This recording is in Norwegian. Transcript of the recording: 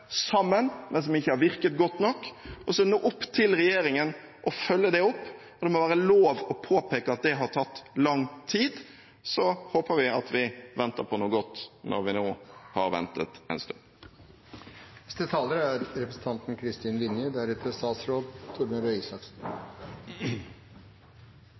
sammen, men som ikke har virket godt nok, og så er det nå opp til regjeringen å følge det opp. Det må være lov til å påpeke at det har tatt lang tid, og så håper vi at vi venter på noe godt når vi nå har ventet en stund. Vi er